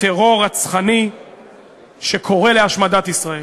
טרור רצחני שקורא להשמדת ישראל.